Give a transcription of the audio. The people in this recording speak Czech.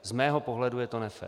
Z mého pohledu je to nefér.